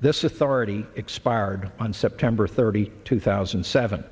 this authority expired on september thirty two thousand and seven